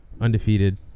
undefeated